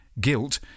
guilt